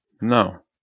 No